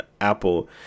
apple